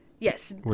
Yes